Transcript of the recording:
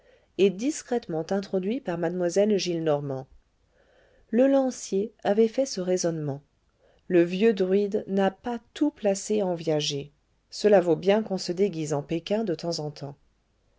et discrètement introduit par mademoiselle gillenormand le lancier avait fait ce raisonnement le vieux druide n'a pas tout placé en viager cela vaut bien qu'on se déguise en pékin de temps en temps